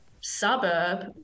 suburb